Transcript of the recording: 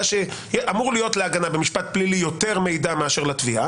אמור להיות להגנה במשפט פלילי יותר מידע מאשר לתביעה,